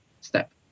step